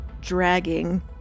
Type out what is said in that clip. dragging